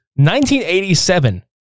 1987